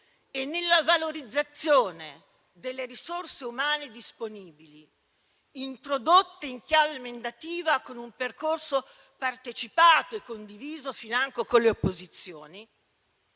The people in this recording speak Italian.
e nella valorizzazione delle risorse umane disponibili, introdotte in chiave emendativa con un percorso partecipato e condiviso financo con le opposizioni,